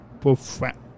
perfect